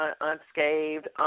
unscathed